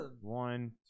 One